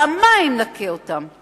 פעמיים נכה אותה.